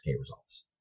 results